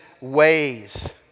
ways